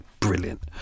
brilliant